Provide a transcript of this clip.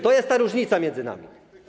To jest ta różnica między nami.